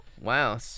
Wow